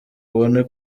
ubone